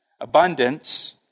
abundance